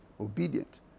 obedient